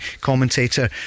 commentator